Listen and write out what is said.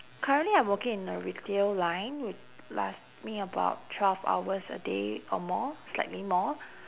currently I'm working in a retail line wh~ last me about twelve hours a day or more slightly more